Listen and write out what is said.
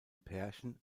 pärchen